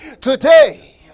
today